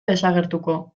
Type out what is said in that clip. desagertuko